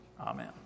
Amen